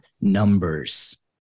numbers